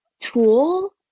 tool